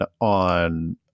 on